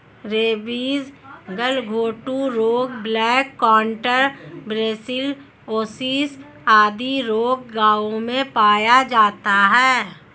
rabies, गलघोंटू रोग, black quarter, brucellosis आदि रोग गायों में पाया जाता है